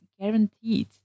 guaranteed